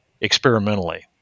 experimentally